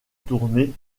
tournée